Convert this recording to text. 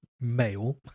male